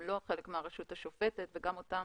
הם לא חלק מהרשות השופטת וגם להם